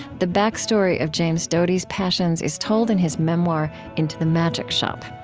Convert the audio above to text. the backstory of james doty's passions is told in his memoir, into the magic shop.